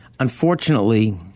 Unfortunately